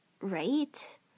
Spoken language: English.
Right